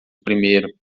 primeiro